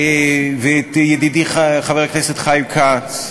ואת ידידי חבר הכנסת חיים כץ,